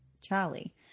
charlie